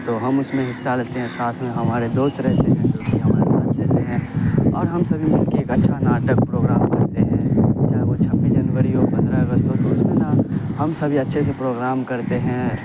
تو ہم اس میں حصہ لیتے ہیں ساتھ میں ہمارے دوست رہتے ہیں ہمارے وہاں ساتھ رہتے ہیں اور ہم سبھی مل کے ایک اچھا ناٹک پروگرام کرتے ہیں چاہے وہ چبھیس جنوری ہو پندرہ اگست ہو تو اس میں نا ہم سبھی اچھے سے پروگرام کرتے ہیں